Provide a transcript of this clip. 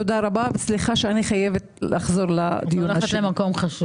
תודה רבה, וסליחה שאני חוזרת לדיון השני.